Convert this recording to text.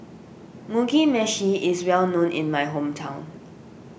Mugi Meshi is well known in my hometown